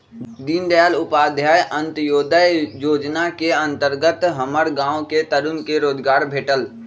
दीनदयाल उपाध्याय अंत्योदय जोजना के अंतर्गत हमर गांव के तरुन के रोजगार भेटल